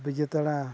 ᱵᱤᱡᱮᱛᱟᱲᱟ